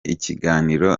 ikiganiro